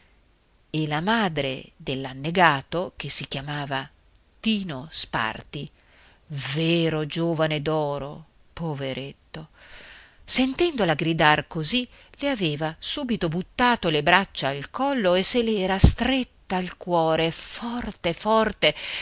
e la madre dell'annegato che si chiamava tino sparti vero giovane d'oro poveretto sentendola gridar così le aveva subito buttato le braccia al collo e se l'era stretta al cuore forte forte